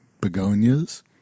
begonias